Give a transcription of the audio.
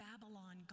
Babylon